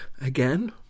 again